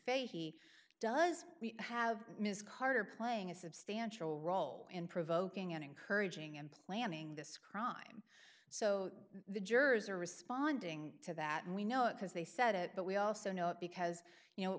fahy does have ms carter playing a substantial role in provoking and encouraging and planning this crime so the jurors are responding to that and we know it because they said it but we also know it because you know it